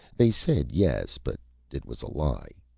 they said yes, but it was a lie.